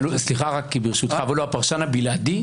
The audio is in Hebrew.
אבל הוא הפרשן הבלעדי?